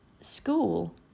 school